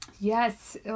Yes